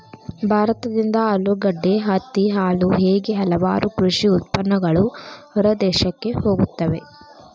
ಭಾರತದಿಂದ ಆಲೂಗಡ್ಡೆ, ಹತ್ತಿ, ಹಾಲು ಹೇಗೆ ಹಲವಾರು ಕೃಷಿ ಉತ್ಪನ್ನಗಳು ಹೊರದೇಶಕ್ಕೆ ಹೋಗುತ್ತವೆ